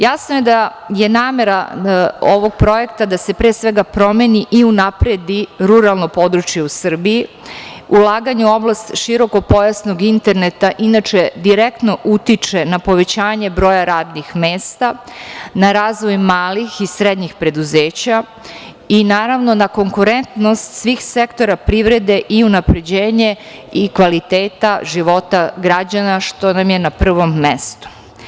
Jasno je da je namera ovog projekta da se pre svega promeni i unapredi ruralno područje u Srbiji i ulaganje u oblast širokopojasnog interneta inače direktno utiče na povećanje broja radnih mesta, na razvoj malih i srednjih preduzeća i naravno na konkurentnost svih sektora privrede i unapređenje i kvaliteta života građana, što nam je na prvom mestu.